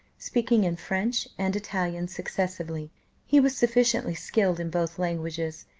speaking in french and italian successively he was sufficiently skilled in both languages,